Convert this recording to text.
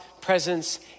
presence